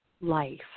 life